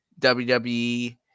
WWE